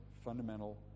fundamental